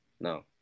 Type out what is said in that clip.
no